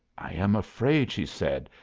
i am afraid, she said,